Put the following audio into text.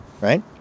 right